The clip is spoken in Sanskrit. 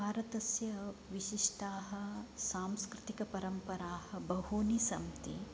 भारतस्य विशिष्टाः सांस्कृतिकपरम्पराः बहूनि सन्ति